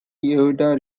yehuda